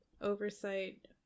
oversight